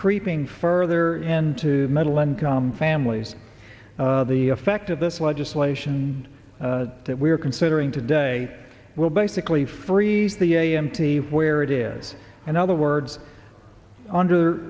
creeping further into middle income families the effect of this legislation that we are considering today will basically freeze the a m t where it is in other words under